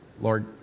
Lord